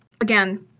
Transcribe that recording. again